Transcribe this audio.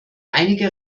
einige